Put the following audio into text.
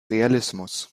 realismus